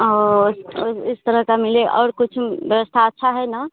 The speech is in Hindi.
और और इस तरह का मिले और कुछ व्यवस्था अच्छी है ना